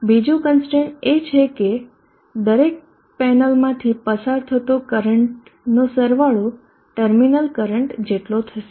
બીજું કનસ્ટ્રેઈન એ કે દરેક પેનલમાંથી પસાર થતો કરંટનો સરવાળો ટર્મિનલ કરંટ જેટલો થશે